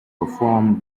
perform